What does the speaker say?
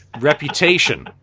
Reputation